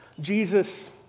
Jesus